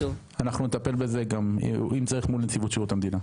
אנחנו נטפל בזה, אם צריך מול נציבות שירות המדינה.